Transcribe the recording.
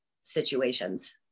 situations